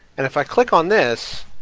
and if i click on this,